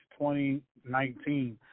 2019